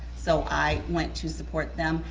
so i went to support them.